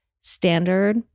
standard